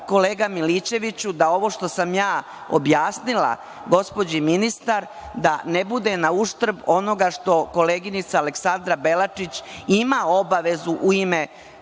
kolega Milićeviću da ovo što sam ja objasnila gospođi ministar da ne bude na uštrb onoga što koleginica Aleksandra Belačić ima obavezu i ime